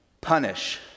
punish